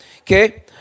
Okay